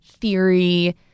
theory